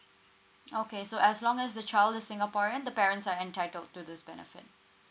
okay so as long as the child is singaporean the parents are entitled to this benefit